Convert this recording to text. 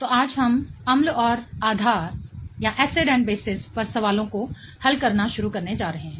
तो आज हम अम्ल एवं आधार पर सवालों को हल करना शुरू करने जा रहे हैं